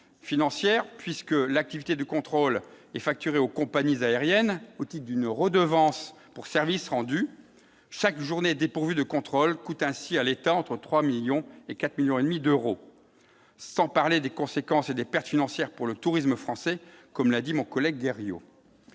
financières, puisque l'activité de contrôle et facturé aux compagnies aériennes, outil d'une redevance pour service rendu chaque journée dépourvue de contrôle coûte ainsi à l'État entre 3 millions et 4 millions et demi d'euros sans parler des conséquences et des pertes financières pour le tourisme français comme l'a dit mon collègue Deriot.